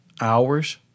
hours